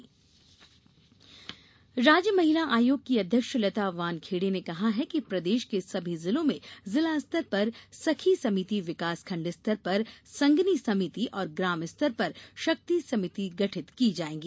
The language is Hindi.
महिला आयोग राज्य महिला आयोग की अध्यक्ष लता वानखेड़े ने कहा है कि प्रदेश के सभी जिलों में जिला स्तर पर सखी समिति विकासखण्ड स्तर पर संगिनी समिति और ग्राम स्तर पर शक्ति समिति गठित की जायेगी